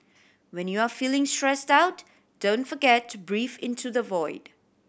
when you are feeling stressed out don't forget to breathe into the void